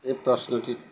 এই প্রশ্নটিত